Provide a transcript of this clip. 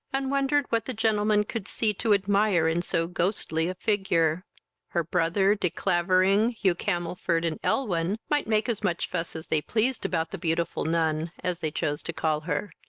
and wondered what the gentlemen could see to admire in so ghostly a figure her brother, de clavering, hugh camelford, and elwyn, might make as much fuss as they pleased about the beautiful nun, as they chose to call her,